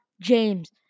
James